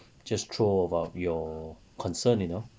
just throw about your concern you know